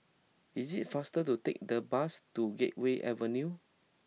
it is faster to take the bus to Gateway Avenue